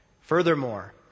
Furthermore